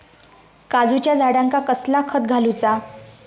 काजूच्या झाडांका कसला खत घालूचा?